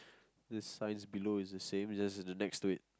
the signs below is the same just the next to it